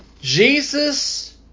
Jesus